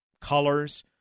colors